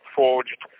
forged